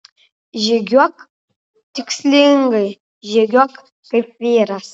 žygiuok tikslingai žygiuok kaip vyras